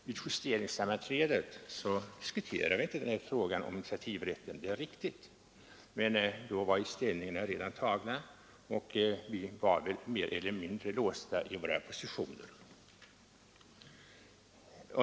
Vid justeringssammanträdet diskuterade vi inte frågan om initiativrätten, det är riktigt, men då var ställningarna redan tagna och vi var mer eller mindre låsta i våra positioner.